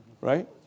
Right